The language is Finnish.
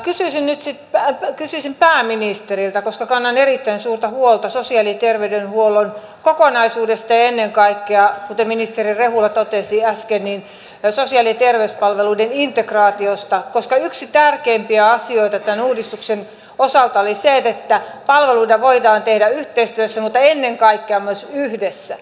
kysyisin pääministeriltä koska kannan erittäin suurta huolta sosiaali ja terveydenhuollon kokonaisuudesta ja ennen kaikkea kuten ministeri rehula totesi äsken sosiaali ja terveyspalveluiden integraatiosta koska yksi tärkeimpiä asioita tämän uudistuksen osalta oli se että palveluita voidaan tehdä yhteistyössä mutta ennen kaikkea myös yhdessä